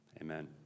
Amen